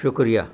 शुक्रिया